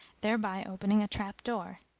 thereby opening a trap door.